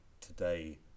today